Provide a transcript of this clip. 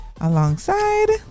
Alongside